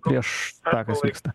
prieš tą kas vyksta